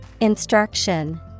Instruction